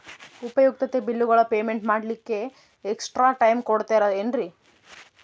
ಉಪಯುಕ್ತತೆ ಬಿಲ್ಲುಗಳ ಪೇಮೆಂಟ್ ಮಾಡ್ಲಿಕ್ಕೆ ಎಕ್ಸ್ಟ್ರಾ ಟೈಮ್ ಕೊಡ್ತೇರಾ ಏನ್ರಿ?